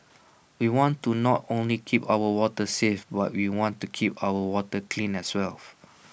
we want to not only keep our waters safe but we want to keep our water clean as well